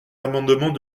amendements